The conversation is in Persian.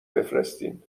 بفرستین